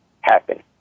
happen